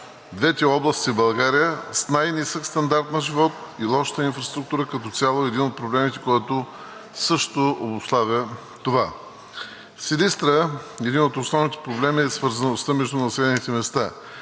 двете области в България с най-нисък стандарт на живот и лошата инфраструктура като цяло е един от проблемите, който също обуславя това. В Силистра един от основните проблеми е свързаността между населените места,